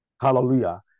Hallelujah